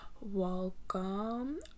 welcome